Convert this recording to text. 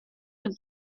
have